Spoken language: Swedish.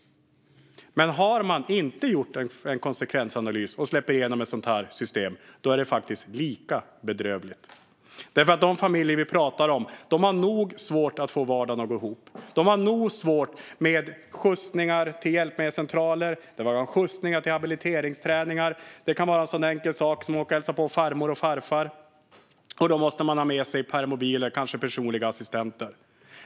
Men om man inte har gjort en konsekvensanalys och släpper igenom ett sådant här system är det faktiskt lika bedrövligt, för de familjer vi pratar om har svårt nog att få vardagen att gå ihop. De har svårt nog med skjutsningar till hjälpmedelscentraler och skjutsningar till habiliteringsträning. Det kan vara en så enkel sak som att åka och hälsa på farmor och farfar. Då måste man ha med sig permobiler och kanske personliga assistenter.